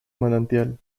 manantial